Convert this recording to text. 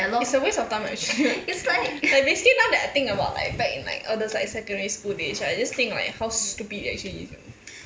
it's a waste of time actually basically now that I think about like back in like all those like secondary school days right I just think like how stupid it actually is you know